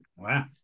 Wow